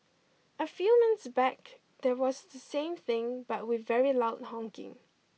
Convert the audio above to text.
a few months back there was the same thing but with very loud honking